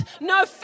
no